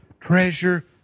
treasure